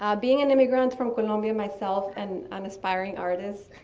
ah being an immigrant from columbia myself, and an aspiring artist,